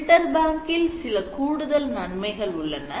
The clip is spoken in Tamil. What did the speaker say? DFT filter bank இல் சில கூடுதல் நன்மைகள் உள்ளன